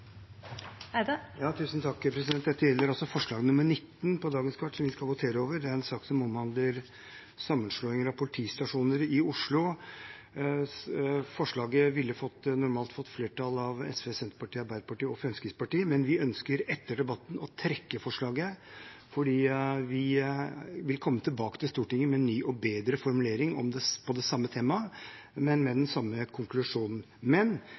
Dette gjelder forslag nr. 19 i sak nr. 16 på tirsdagens kart, som vi skal votere over. Det omhandler sammenslåing av politistasjoner i Oslo. Forslaget ville normalt fått flertall av SV, Senterpartiet, Arbeiderpartiet og Fremskrittspartiet, men vi ønsker etter debatten å trekke forslaget, fordi vi vil komme tilbake til Stortinget med en ny og bedre formulering på det samme temaet, men med den samme konklusjonen. Men